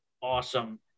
awesome